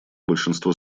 большинство